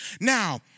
Now